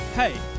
Hey